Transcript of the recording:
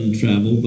travel